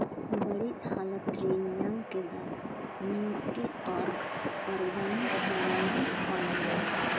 ᱵᱟᱹᱲᱤᱡ ᱦᱟᱞᱚᱛ ᱨᱮᱧ ᱧᱟᱢ ᱠᱮᱫᱟ ᱱᱤᱭᱩᱴᱤ ᱚᱨᱜᱽ ᱚᱨᱜᱟᱱᱤᱠ ᱜᱨᱟᱣᱱᱚᱴ ᱳᱭᱮᱞ